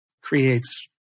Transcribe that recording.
creates